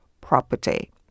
property